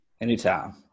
Anytime